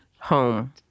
Home